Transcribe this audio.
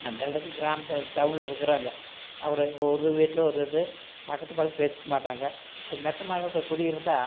அந்தளவு கிராமத்தில் டவுன்யிருக்கறாங்க அப்புறம் ஒரு வீட்டில் ஒரு இது பக்கத்து பக்கத்து பேசிக்க மாட்டாங்க மெத்தை மாடத்தில் குடியிருந்தால்